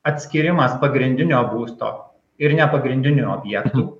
atskyrimas pagrindinio būsto ir nepagrindinių objektų